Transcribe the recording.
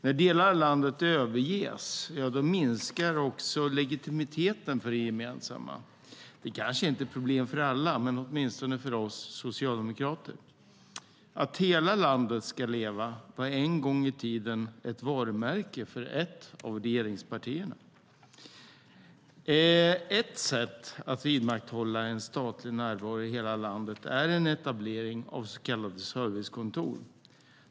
När delar av landet överges minskar också legitimiteten för det gemensamma. Det kanske inte är ett problem för alla, men det är det åtminstone för oss socialdemokrater. Att hela landet ska leva var en gång i tiden ett varumärke för ett av regeringspartierna. Ett sätt att vidmakthålla en statlig närvaro i hela landet är en etablering av så kallade servicekontor.